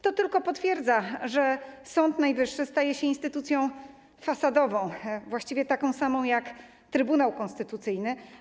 To tylko potwierdza, że Sąd Najwyższy staje się instytucją fasadową, właściwie taką samą jak Trybunał Konstytucyjny.